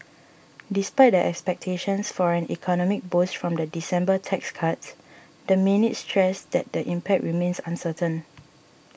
despite the expectations for an economic boost from the December tax cuts the minutes stressed that the impact remains uncertain